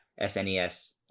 SNES